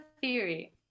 theory